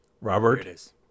Robert